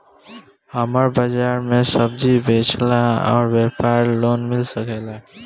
हमर बाजार मे सब्जी बेचिला और व्यापार लोन मिल सकेला?